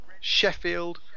Sheffield